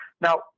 Now